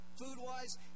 food-wise